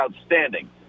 outstanding